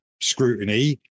scrutiny